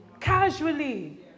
casually